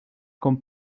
con